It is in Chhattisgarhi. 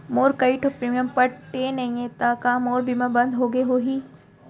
मोर कई ठो प्रीमियम पटे नई हे ता का मोर बीमा बंद हो गए होही?